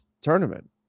tournament